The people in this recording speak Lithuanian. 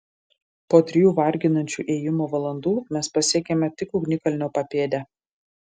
po trijų varginančio ėjimo valandų mes pasiekėme tik ugnikalnio papėdę